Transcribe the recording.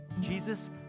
Jesus